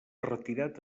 retirat